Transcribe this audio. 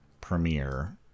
Premiere